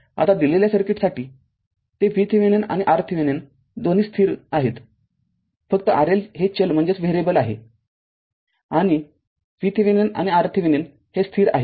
आता दिलेल्या सर्किटसाठी ते VThevenin आणि RThevenin दोन्ही स्थिर आहेत फक्त RL हे चल आहे VThevenin आणि RThevenin हे स्थिर आहेत